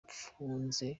mfunze